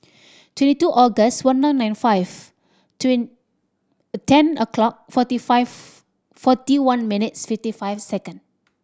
twenty two August one nine nine and five ten o'clock forty five forty one minutes fifty five second